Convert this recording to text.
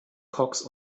cox